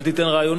לא לא לא,